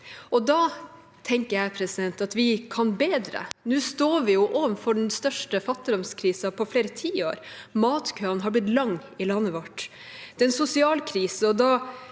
Da tenker jeg: Vi kan bedre. Nå står vi overfor den største fattigdomskrisen på flere tiår. Matkøene har blitt lange i landet vårt. Det er en sosial krise, og da